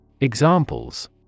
Examples